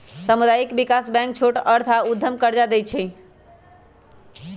सामुदायिक विकास बैंक छोट अर्थ आऽ उद्यम कर्जा दइ छइ